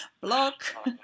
block